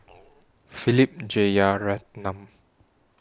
Philip Jeyaretnam